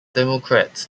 democrats